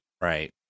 Right